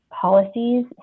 policies